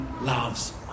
loves